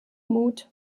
mut